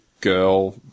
Girl